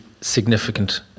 significant